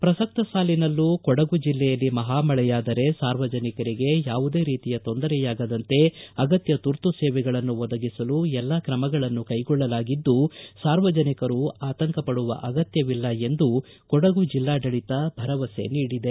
ಚುಟುಕು ಸುದ್ದಿ ಪ್ರಸಕ್ತ ಸಾಲಿನಲ್ಲೂ ಕೊಡಗು ಜಿಲ್ಲೆಯಲ್ಲಿ ಮಹಾ ಮಳೆಯಾದರೆ ಸಾರ್ವಜನಿಕರಿಗೆ ಯಾವುದೇ ರೀತಿಯ ತೊಂದರೆಯಾಗದಂತೆ ಅಗತ್ಯ ಪುರ್ತು ಸೇವೆಗಳನ್ನು ಒದಗಿಸಲು ಎಲ್ಲಾ ಕ್ರಮಗಳನ್ನು ಕೈಗೊಳ್ಳಲಾಗಿದ್ದು ಸಾರ್ವಜನಿಕರು ಆತಂಕ ಪಡುವ ಅಗತ್ಯವಿಲ್ಲವೆಂದು ಕೊಡಗು ಜಿಲ್ಲಾಡಳಿತ ಭರವಸೆ ನೀಡಿದೆ